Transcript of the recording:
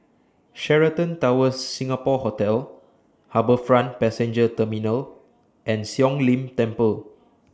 Sheraton Towers Singapore Hotel HarbourFront Passenger Terminal and Siong Lim Temple